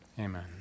amen